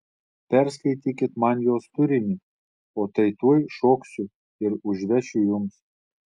perskaitykit man jos turinį o tai tuoj šoksiu ir užvešiu jums